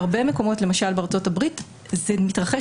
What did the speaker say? בהרבה מקומות למשל בארצות הברית זה מתרחש